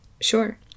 Sure